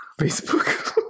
facebook